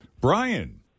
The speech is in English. Brian